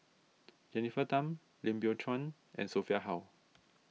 Jennifer Tham Lim Biow Chuan and Sophia Hull